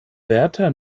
wärter